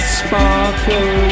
sparkle